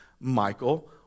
Michael